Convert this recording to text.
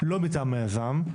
לא מטעם היזם,